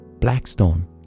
Blackstone